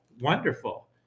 wonderful